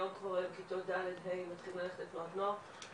היום כבר בכיתות ד'-ה' מתחילים ללכת לתנועת נוער.